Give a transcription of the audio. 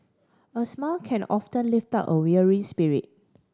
a smile can often lift up a weary spirit